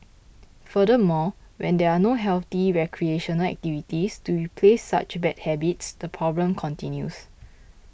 furthermore when there are no healthy recreational activities to replace such bad habits the problem continues